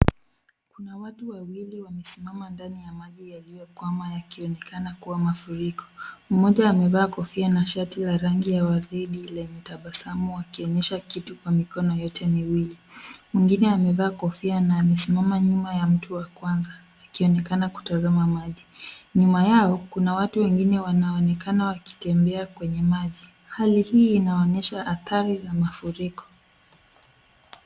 Kuna watu wawili wamesimama ndani ya maji yaliyokwama yakionekana kuwa mafuriko. Mmoja amevaa kofia na shati la rangi ya waridi lenye tabasamu akionyesha kitu kwa mikono yote miwili. Mwingine amevaa kofia na amesimama nyuma ya mtu wa kwanza akionekana kutazama maji. Nyuma yao kuna watu wengine wanaonekana wakitembea kwenye maji. Hali hii inaonyesha athari za mafuriko.